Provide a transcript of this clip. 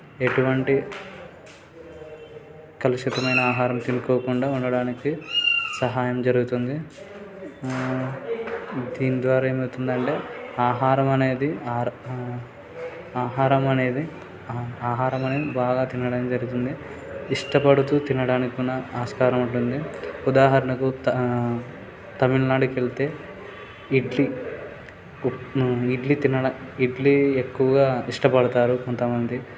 ఎటువంటి కలుషితమైన ఆహారం తినుకోకుండా ఉండటానికి సహాయం జరుగుతుంది దీని ద్వారా ఏమవుతుందంటే ఆహారం అనేది ఆర్ ఆహారం అనేది ఆ ఆహారం అనేది బాగా తినడం జరుగుతుంది ఇష్టపడుతూ తినడానికి కూడా ఆస్కారం ఉంటుంది ఉదాహరణకు తమిళనాడుకి వెళితే ఇడ్లీ ఉప్మ ఇడ్లీ తినడం ఇడ్లీ ఎక్కువగా ఇష్టపడతారు కొంత మంది